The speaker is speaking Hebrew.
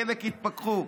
חלק התפקחו.